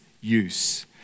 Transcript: use